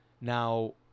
Now